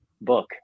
book